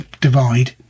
divide